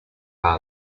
car